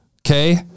Okay